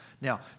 Now